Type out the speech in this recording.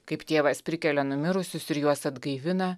kaip tėvas prikelia numirusius ir juos atgaivina